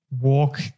walk